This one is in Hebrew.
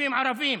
יישובים ערביים,